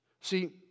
See